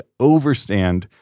overstand